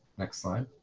next slide.